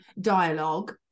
dialogue